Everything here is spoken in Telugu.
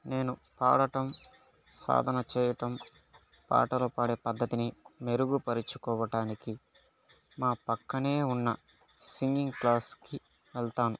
నేను ఆడటం సాధన చేయటం పాటలు పాడే పద్ధతిని మెరుగుపరుచుకోవటానికి మా పక్కనే ఉన్న సింగింగ్ క్లాస్ కి వెళ్తాను